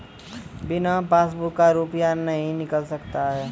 बिना पासबुक का रुपये निकल सकता हैं?